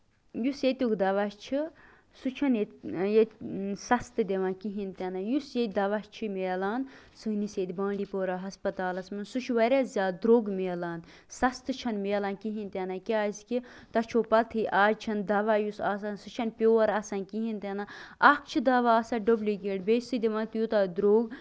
یُس ییتُک دوا چھُ سُہ چھُنہٕ ییٚتہِ ییٚتہِ سَستہٕ دِوان کِہینۍ تہِ نہٕ یُس ییٚتہِ دوہ چھُ مِلان سٲنِس ییٚتہِ بانڈی پورہ ہسپَتالَس منٛز سُہ چھُ واریاہ زیادٕ دروٚگ مِلان سَستہٕ چھُنہٕ مِلان کِہینۍ تہِ نہٕ کیازِ کہِ تۄہہِ چھُو پَتہٕ ہٕے آز چھِنہٕ دوا یُس آسان سُہ چھُنہٕ پِیُور آسان کِہینۍ تہِ نہٕ اکھ چھُ دوا آسان ڈُبلِکیٹ بیٚیہِ چھُ سُہ دِوان تیوٗتاہ دروٚگ